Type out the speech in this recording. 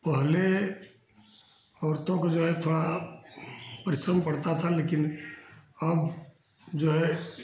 पहले औरतों को जो है थोड़ा परिश्रम पड़ता था लेकिन अब जो है